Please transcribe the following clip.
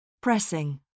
Pressing